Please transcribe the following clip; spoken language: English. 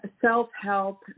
self-help